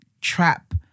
trap